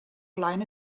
flaen